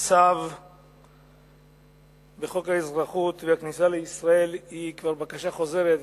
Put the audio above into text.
תוקף חוק האזרחות והכניסה לישראל היא כבר בקשה חוזרת,